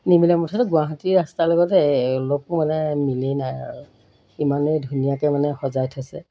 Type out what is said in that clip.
নিমিলে মুঠতে গুৱাহাটীৰ ৰাস্তাৰ লগত এই অলপো মানে মিলেই নাই আৰু ইমানেই ধুনীয়াকৈ মানে সজাই থৈছে